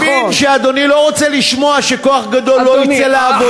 אני מבין שאדוני לא רוצה לשמוע שכוח גדול לא יצא לעבודה,